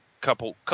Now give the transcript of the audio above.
Couple